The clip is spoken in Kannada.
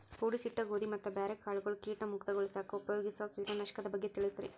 ಕೂಡಿಸಿಟ್ಟ ಗೋಧಿ ಮತ್ತ ಬ್ಯಾರೆ ಕಾಳಗೊಳ್ ಕೇಟ ಮುಕ್ತಗೋಳಿಸಾಕ್ ಉಪಯೋಗಿಸೋ ಕೇಟನಾಶಕದ ಬಗ್ಗೆ ತಿಳಸ್ರಿ